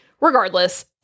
regardless